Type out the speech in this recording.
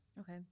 Okay